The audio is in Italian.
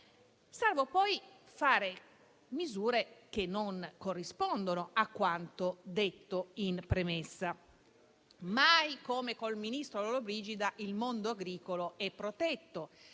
salvo poi fare misure che non corrispondono a quanto detto in premessa. Mai come col ministro Lollobrigida il mondo agricolo è stato